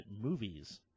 movies